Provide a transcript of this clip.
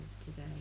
today